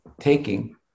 taking